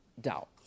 doubt